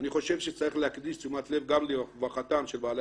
אני חושב שצריך להקדיש תשומת לב גם לרווחתם של בעלי